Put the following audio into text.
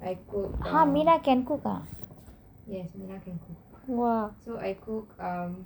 !huh! mina can cook ah